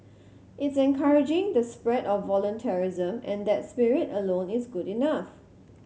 it's encouraging the spread of voluntarism and that spirit alone is good enough